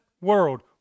world